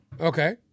Okay